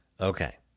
Okay